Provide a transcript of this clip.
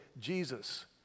Jesus